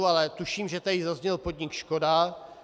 Ale tuším, že tady zazněl podnik Škoda.